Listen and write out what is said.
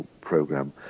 program